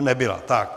Nebyla, tak.